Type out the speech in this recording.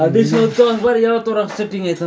व्युत्पादन बजारो के दु भागो मे बांटलो जाय छै